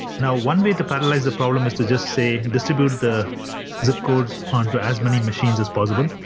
now one way to paralyze the problem is to just say distribute the zip codes onto as many machines as possible,